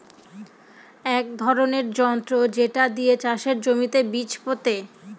এক ধরনের যন্ত্র যেটা দিয়ে চাষের জমিতে বীজ পোতে